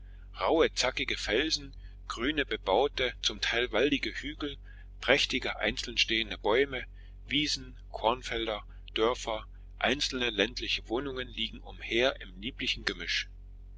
rauhe zackige felsen grüne bebaute zum teil waldige hügel prächtige einzeln stehende bäume wiesen kornfelder dörfer einzelne ländliche wohnungen liegen umher in lieblichem gemisch